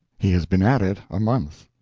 he has been at it a month.